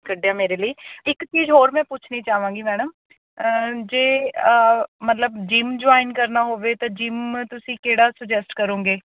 ਕੱਢਿਆ ਮੇਰੇ ਲਈ ਇੱਕ ਚੀਜ਼ ਹੋਰ ਮੈਂ ਪੁੱਛਣੀ ਚਾਹਵਾਂਗੀ ਮੈਡਮ ਜੇ ਮਤਲਬ ਜਿੰਮ ਜੁਆਇਨ ਕਰਨਾ ਹੋਵੇ ਤਾਂ ਜਿੰਮ ਤੁਸੀਂ ਕਿਹੜਾ ਸੁਜੈਸਟ ਕਰੋਂਗੇ